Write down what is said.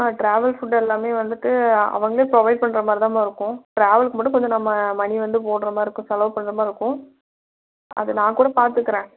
ஆ travel food எல்லாம் வந்துவிட்டு அவங்களே ப்ரொவைட் பண்ணுற மாதிரி தான்ம்மா இருக்கும் ட்ராவலுக்கு மட்டும் கொஞ்சம் நம்ம மனி வந்து போடுகிற மாதிரி இருக்கும் செலவு பண்ணுற மாதிரி இருக்கும் அது நான் கூட பார்த்துக்குறன்